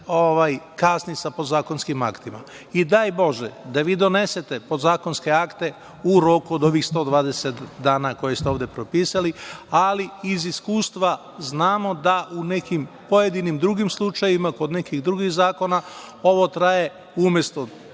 kasni sa podzakonskim aktima i daj Bože da vi donesete podzakonske akte u roku od ovih 120 dana koje ste ovde propisali, ali iz iskustva znamo da u nekim pojedinim drugim slučajevima kod nekih drugih zakona ovo traje umesto